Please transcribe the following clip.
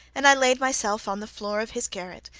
and i laid myself on the floor of his garret,